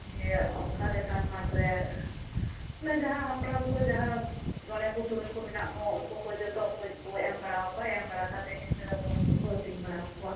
ᱫᱤᱭᱮ ᱚᱱᱠᱟᱱ ᱞᱮᱠᱟᱱ ᱢᱟᱴᱷ ᱨᱮ ᱚᱱᱟ ᱡᱟᱦᱟᱸ ᱦᱟᱯᱲᱟᱢ ᱠᱚ ᱡᱟᱦᱟᱸ ᱢᱚᱬᱮ ᱠᱚ ᱛᱩᱨᱩᱭ ᱠᱚ ᱢᱮᱱᱟᱜ ᱠᱚ ᱩᱱᱠᱩ ᱠᱚ ᱡᱚᱛᱚ ᱠᱚ ᱮᱢ ᱵᱟᱲᱟ ᱟᱠᱚᱣᱟ ᱮᱢ ᱵᱟᱲᱟ ᱠᱟᱛᱮᱫ ᱜᱤᱫᱽᱨᱟᱹ ᱦᱚᱯᱚᱱ ᱠᱚᱠᱚ ᱦᱟᱹᱴᱤᱧ ᱵᱟᱲᱟ ᱟᱠᱚᱣᱟ